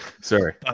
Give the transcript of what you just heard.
sorry